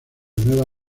nueva